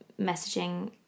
messaging